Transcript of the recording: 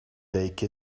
take